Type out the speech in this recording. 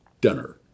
dinner